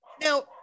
Now